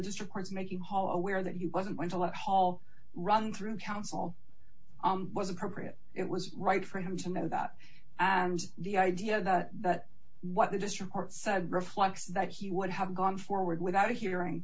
district courts making hollow aware that he wasn't going to let hall run through counsel was appropriate it was right for him to know that and the idea that what the district court said reflects that he would have gone forward without a hearing